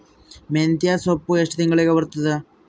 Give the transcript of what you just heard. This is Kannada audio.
ಮೆಂತ್ಯ ಸೊಪ್ಪು ಎಷ್ಟು ತಿಂಗಳಿಗೆ ಬರುತ್ತದ?